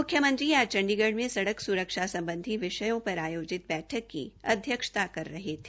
मुख्यमंत्री आज चण्डीगढ में सड़क सुरक्षा संबंधी विषयों पर आयोजित बैठक की अध्यक्षता कर रहे थ